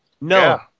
No